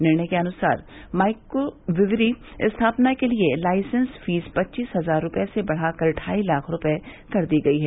निर्णय के अनुसार माइक्रो ब्रिवरी स्थापना के लिये लाइसेंस फीस पच्चीस हज़ार रूपये से बढ़ा कर ढाई लाख रूपये कर दी गई है